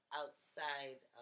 outside